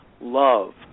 love